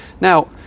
now